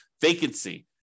vacancy